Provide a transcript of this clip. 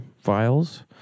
files